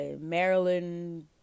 Maryland